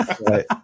Right